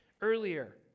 earlier